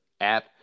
app